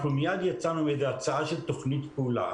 אנחנו מיד יצאנו בהצעה של תכנית פעולה